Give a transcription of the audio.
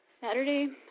Saturday